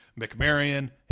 McMarion